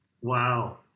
Wow